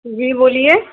جی بولیے